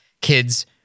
kids